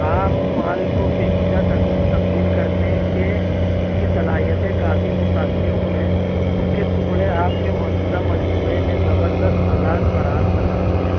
عام مال کو پیچیدہ شکلوں میں تبدیل کرنے کے اس کی صلاحیتیں کافی متأثرکن ہیں اس کے ٹکڑے آپ کے موجودہ مجموعے میں زبردست تضاد فراہم کر سکتے ہیں